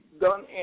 done